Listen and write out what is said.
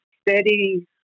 steady